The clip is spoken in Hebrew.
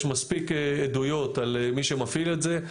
יש מספיק עדויות על מי שמפעיל את זה.